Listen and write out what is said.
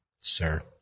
sir